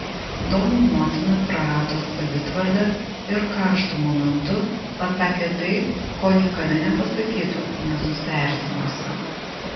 domo motina prarado savitvardą ir karštu momentu pasakė tai ko niekada nepasakytų nesusierzinusi